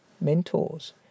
mentors